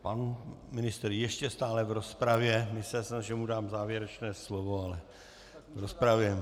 Pan ministr ještě stále v rozpravě, myslel jsem si, že mu dám závěrečné slovo, ale v rozpravě.